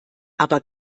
aber